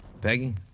Peggy